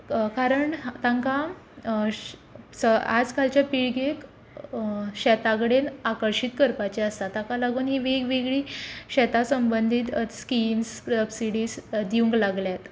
कारण तांकां आजकालचे पिळगेक शेता कडेन आकर्शीत करपाचें आसा ताका लागून ही वेग वेगळी शेता संबंदीत स्किम्स सबसिडीज दिवूंक लागल्यात